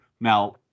Now